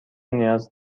نیاز